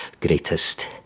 Greatest